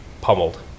pummeled